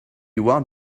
one